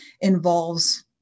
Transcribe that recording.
involves